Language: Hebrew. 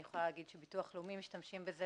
אני יכולה להגיד שהביטוח הלאומי משתמשים בזה